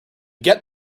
get